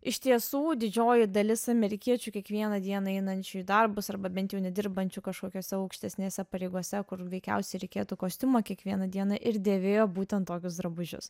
iš tiesų didžioji dalis amerikiečių kiekvieną dieną einančių į darbus arba bent jau nedirbančių kažkokiose aukštesnėse pareigose kur veikiausiai reikėtų kostiumą kiekvieną dieną ir dėvėjo būtent tokius drabužius